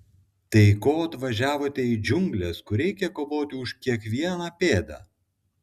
tai ko atvažiavote į džiungles kur reikia kovoti už kiekvieną pėdą